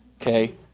okay